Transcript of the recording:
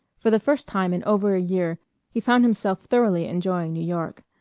for the first time in over a year he found himself thoroughly enjoying new york.